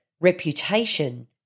reputation